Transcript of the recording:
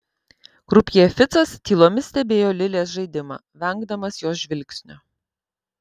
krupjė ficas tylomis stebėjo lilės žaidimą vengdamas jos žvilgsnio